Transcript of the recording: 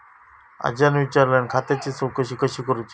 आज्यान विचारल्यान खात्याची चौकशी कशी करुची?